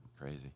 crazy